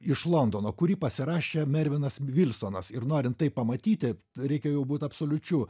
iš londono kurį pasirašė ervinas vilsonas ir norint tai pamatyti reikia jau būt absoliučiu